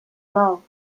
low